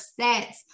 stats